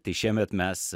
tai šiemet mes